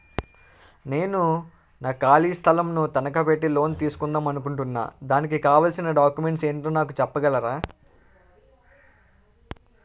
నేను నా ఖాళీ స్థలం ను తనకా పెట్టి లోన్ తీసుకుందాం అనుకుంటున్నా దానికి కావాల్సిన డాక్యుమెంట్స్ ఏంటో నాకు చెప్పగలరా?